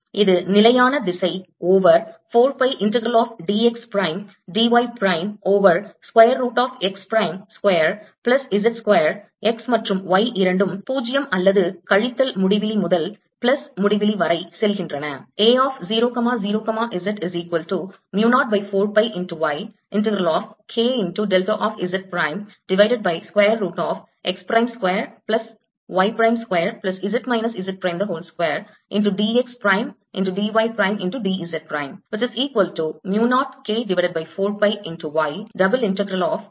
இது நிலையான திசை over 4 pi integral of d x prime d y prime over square root of x prime square plus z square x மற்றும் y இரண்டும் 0 அல்லது கழித்தல் முடிவிலி முதல் பிளஸ் முடிவிலி வரை செல்கின்றன